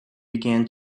began